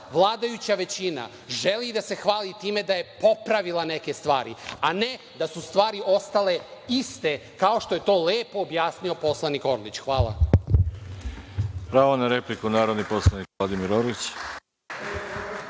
vladajuća većina želi da se hvali time da je popravila neke stvari, a ne da su stvari ostale iste kao što je to lepo objasnio poslanik Orlić. Hvala. **Veroljub Arsić** Hvala. Pravo na repliku, narodni poslanik Vladimir Orlić.